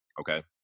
okay